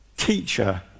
teacher